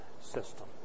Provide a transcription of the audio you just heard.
system